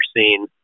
seen